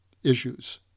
Issues